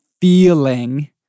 feeling